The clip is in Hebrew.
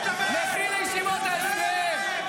לכי לישיבות ההסדר,